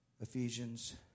Ephesians